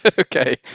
okay